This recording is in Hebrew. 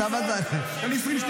אתם קואליציה של סרבנים ומשתמטים.